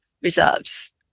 reserves